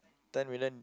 ten million